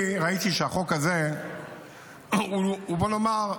אני ראיתי שהחוק הזה, בוא נאמר,